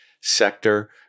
sector